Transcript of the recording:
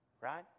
right